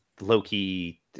Loki